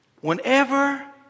Whenever